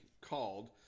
called